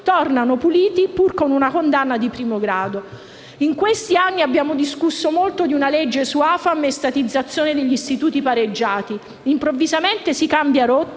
tornano puliti pur con una condanna in primo grado. In questi anni abbiamo discusso molto di una legge su AFAM e statizzazione degli istituti pareggiati. Improvvisamente si cambia rotta